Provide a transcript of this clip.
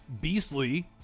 beastly